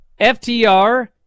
FTR